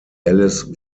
alice